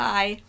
Bye